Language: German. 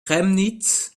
chemnitz